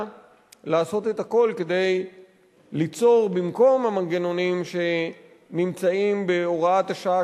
לעשות את הכול כדי ליצור במקום המנגנונים שנמצאים בהוראת השעה,